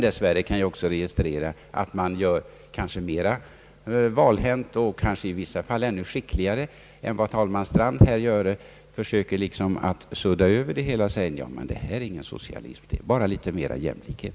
Dess värre kan jag också registrera att man kanske är mera valhänt och i vissa fall kanske ännu skickligare än vad talman Strand här gör försöker sudda över det hela genom att säga: Det här är inte socialism. Det är bara litet mera jämlikhet.